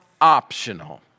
optional